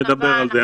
נדבר על זה.